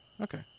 Okay